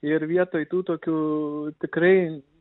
ir vietoj tų tokių tikrai